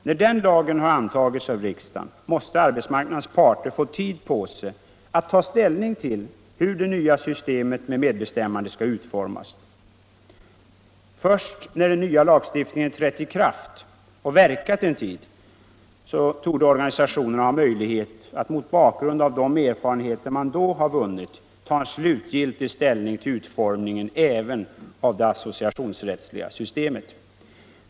När den lagen har antagits av riksdagen måste arbetsmarknadens parter få tid på sig att ta ställning till hur det nya systemet med medbestämmande skall utformas. Först när den nya lagstiftningen har trätt i kraft och verkat en tid, torde organisationerna ha möjlighet att mot bakgrund av de erfarenheter som man då vunnit ta en slutgiltig ställning till utformningen även av det associationsrättsliga systemet.